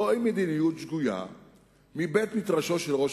זו מדיניות שגויה מבית-מדרשו של ראש